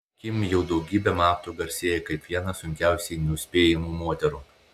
kim jau daugybę metų garsėja kaip viena sunkiausiai nuspėjamų moterų